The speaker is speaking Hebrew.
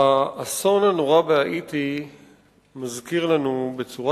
האסון הנורא בהאיטי מזכיר לנו בצורה